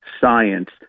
science